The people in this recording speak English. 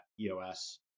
EOS